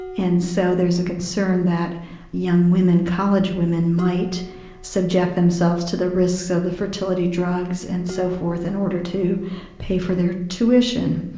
and so there's a concern that young women, college women, might subject themselves to the risks of the fertility drugs and so forth, in order to pay for their tuition.